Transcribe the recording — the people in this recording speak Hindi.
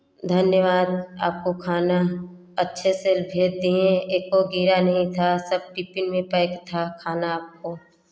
धन्यवाद आपको खाना अच्छे से भेज दिए एको गिरा नहीं था सब टिपिन में पैक था खाना आपको